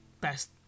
best